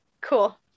cool